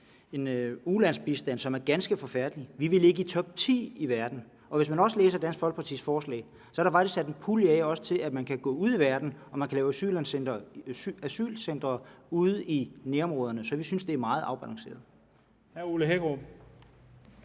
en ulandsbistand, som er ganske forfærdelig, vil jeg sige, at vi vil ligge i topti i verden, og hvis man læser Dansk Folkepartis forslag, vil man se, at der faktisk er sat en pulje af til, at man også kan gå ud i verden, og at man kan lave asylcentre ude i nærområderne. Så vi synes, det er meget afbalanceret.